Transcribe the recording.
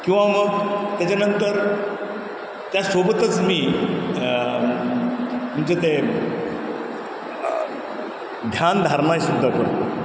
किंवा मग त्याच्यानंतर त्यासोबतच मी म्हणजे ते ध्यानधारणासुद्धा करतो